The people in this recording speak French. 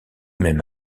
même